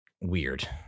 weird